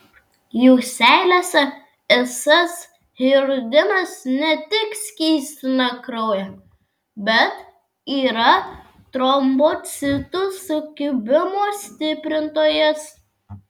jų seilėse esąs hirudinas ne tik skystina kraują bet yra trombocitų sukibimų stiprintojas